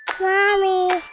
Mommy